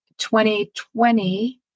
2020